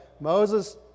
Moses